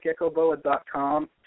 geckoboa.com